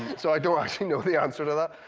so i don't actually know the answer to that.